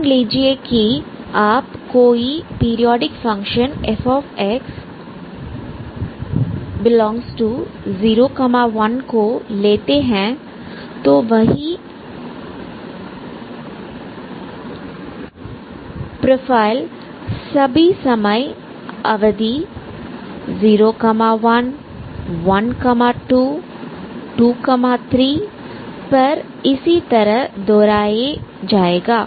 मान लीजिए कि आप कोई पीरियोडिक फंक्शन f∈01को लेते हैं तो वही प्रोफाइल सभी समय अवधि 011223 पर इसी तरह दोहराए जाएगा